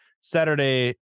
Saturday